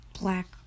black